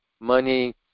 money